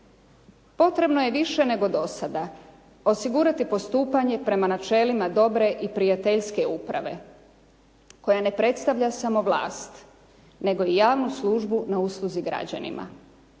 Potrebno je više nego do sada osigurati postupanje prema načelima dobre i prijateljske uprave koja ne predstavlja samo vlast, nego i javnu službu na usluzi građanima.